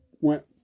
went